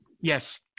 Yes